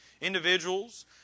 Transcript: individuals